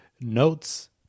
notes